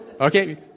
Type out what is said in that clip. okay